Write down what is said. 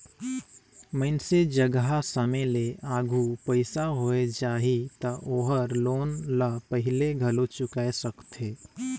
मइनसे जघा समे ले आघु पइसा होय जाही त ओहर लोन ल पहिले घलो चुकाय सकथे